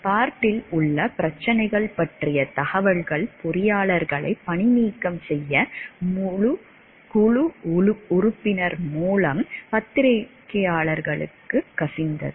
பார்ட்டில் உள்ள பிரச்சனைகள் பற்றிய தகவல்கள் பொறியாளர்களை பணிநீக்கம் செய்ய குழு உறுப்பினர் மூலம் பத்திரிகைகளுக்கு கசிந்தது